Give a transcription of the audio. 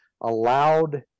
allowed